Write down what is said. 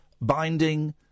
binding